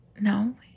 No